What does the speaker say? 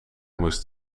moest